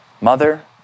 mother